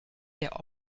der